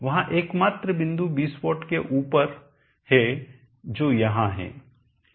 वहां एकमात्र बिंदु 20 वाट के ऊपर है जो यहां है